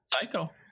Psycho